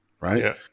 right